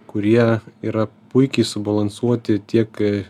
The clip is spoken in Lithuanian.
kurie yra puikiai subalansuoti tiek kai